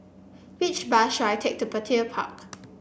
which bus should I take to Petir Park